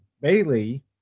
Bailey